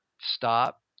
stop